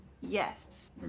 Yes